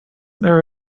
there